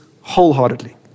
wholeheartedly